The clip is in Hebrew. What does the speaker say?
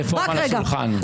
הרפורמה על השולחן.